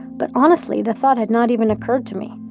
but honestly the thought had not even occurred to me.